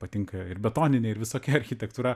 patinka ir betoninė ir visokia architektūra